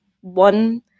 one